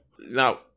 Now